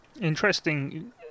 Interesting